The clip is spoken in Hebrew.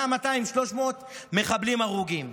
100, 200, 300 מחבלים הרוגים.